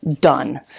done